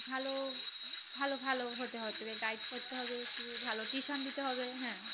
ভালো ভালো ভালো হতে হতে হবে গাইড করতে হবে একটু ভালো টিউশান দিতে হবে হ্যাঁ